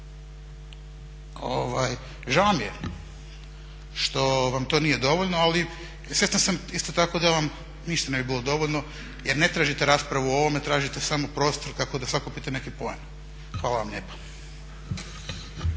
Žao mi je što vam to nije dovoljno, ali svjestan sam isto tako da vam ništa ne bi bilo dovoljno jer ne tražite raspravu o ovome, tražite samo prostor kako da sakupite neki poen. Hvala vam lijepa.